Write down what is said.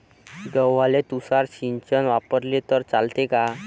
गव्हाले तुषार सिंचन वापरले तर चालते का?